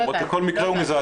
כל מקרה הוא מזעזע.